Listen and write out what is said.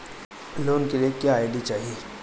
Loan के लिए क्या आई.डी चाही?